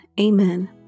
Amen